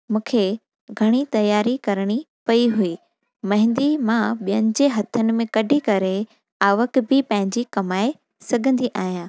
मूंखे घणी तयारी करिणी पई हुई मेहंदी मां ॿियनि जे हथनि में कढी करे आवाक बि पंहिंजी कमाइ सघंदी आहियां